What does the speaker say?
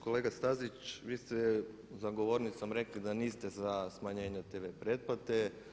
Kolega Stazić vi ste za govornicom rekli da niste za smanjenje tv pretplate.